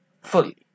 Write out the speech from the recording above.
fully